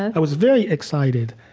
i was very excited.